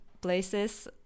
places